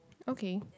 okay